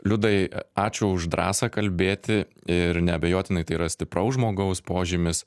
liudai ačiū už drąsą kalbėti ir neabejotinai tai yra stipraus žmogaus požymis